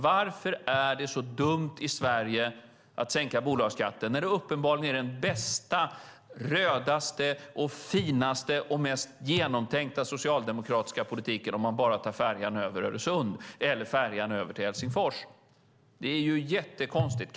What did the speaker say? Varför är det så dumt att sänka bolagsskatten i Sverige när det uppenbarligen är den bästa, rödaste, finaste och mest genomtänkta socialdemokratiska politiken om man bara tar färjan över Öresund eller tar färjan över till Helsingfors? Det är jättekonstigt.